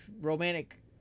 romantic